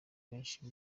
benshi